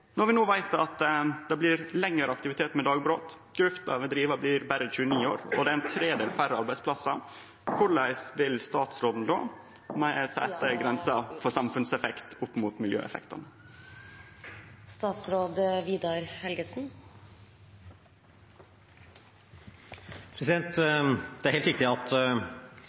når vi no veit at det blir lengre aktivitet med dagbrot, at drifta ved gruva blir berre 29 år, og at det blir færre arbeidsplassar, korleis vil statsråden då setje grensa for samfunnseffekt opp mot miljøeffektane? Det er helt riktig at